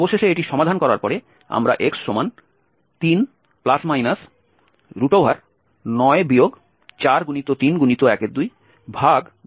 এবং অবশেষে এটি সমাধান করার পরে আমরা x3±9 4×3×122×33±36 পাব